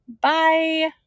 Bye